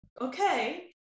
Okay